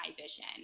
vision